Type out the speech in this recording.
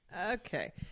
Okay